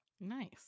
nice